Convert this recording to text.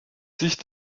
sich